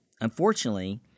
Unfortunately